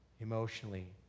emotionally